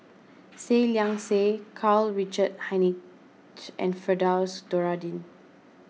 Seah Liang Seah Karl Richard Hanitsch and Firdaus Nordin